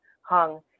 hung